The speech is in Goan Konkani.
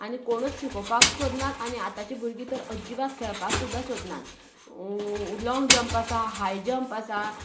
आनी कोणच शिकोवपाक सोदनात आनी आताचीं भुरगीं तर अजिबात खेळपाक सुद्दां सोदनात लाँग जम्प आसा हाय जम्प आसा